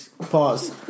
Pause